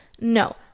No